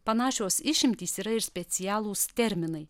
panašios išimtys yra ir specialūs terminai